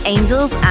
Angels